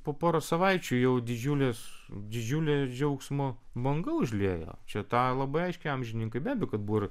po poros savaičių jau didžiulės didžiulė džiaugsmo banga užliejo čia tą labai aiškiai amžininkai be kad buvo ir